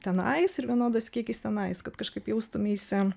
tenais ir vienodas kiekis tenais kad kažkaip jaustumeisi